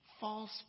false